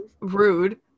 Rude